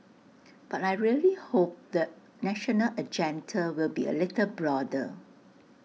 but I really hope the national agenda will be A little broader